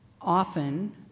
often